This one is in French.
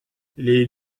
les